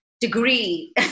degree